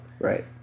right